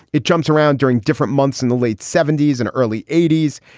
it jumps around during different months in the late seventy s and early eighty s.